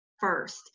first